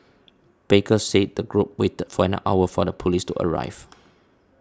baker said the group waited for an hour for the police to arrive